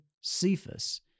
Cephas